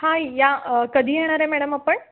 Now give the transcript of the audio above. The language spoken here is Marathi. हा या कधी येणार आहे मॅडम आपण